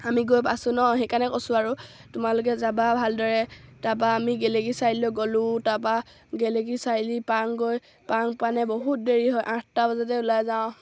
আমি গৈ পাছোঁ নহ্ সেইকাৰণে কৈছোঁ আৰু তোমালোকে যাবা ভালদৰে তাৰপৰা আমি গেলেকী চাৰিআলিলৈ গ'লোঁ তাৰপৰা গেলেকী চাৰিআলি পাওগৈ পাও মানে বহুত দেৰি হয় আঠটা বজাতে ওলাই যাওঁ